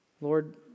Lord